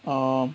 um